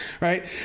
right